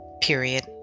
Period